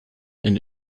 and